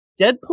Deadpool